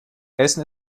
essen